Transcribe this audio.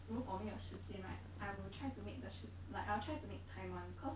如果没有时间 right I will try to make the sh~ like I'll try to make time [one] cause